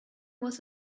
was